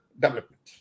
development